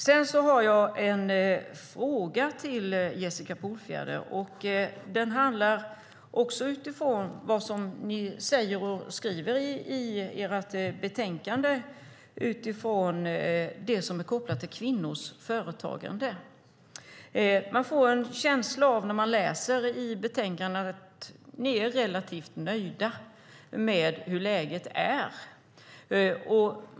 Sedan har jag en fråga till Jessica Polfjärd, och den utgår från vad ni säger och skriver i betänkandet om det som är kopplat till kvinnors företagande. När man läser i betänkandet får man en känsla av att ni är relativt nöjda med hur läget är.